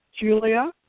Julia